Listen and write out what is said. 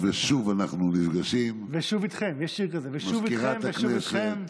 "ושוב איתכם" יש שיר כזה: "ושוב איתכם ושוב איתכם,